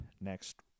next